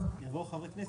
יבואו חברי כנסת.